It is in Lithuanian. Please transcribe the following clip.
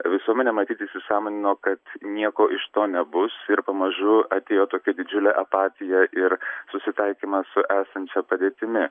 visuomenė matyt įsisąmonino kad nieko iš to nebus ir pamažu atėjo tokia didžiulė apatija ir susitaikymas su esančia padėtimi